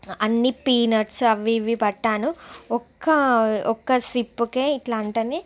అన్నీ పీనట్స్ అవ్వి ఇవ్వి పట్టాను ఒక్క ఒక్క స్విప్కే ఇట్లా అనగానే